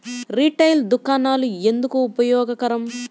Retail దుకాణాలు ఎందుకు ఉపయోగకరం?